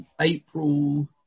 April